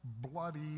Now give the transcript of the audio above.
bloody